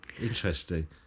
Interesting